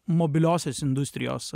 mobiliosios industrijos